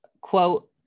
quote